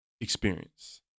experience